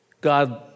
God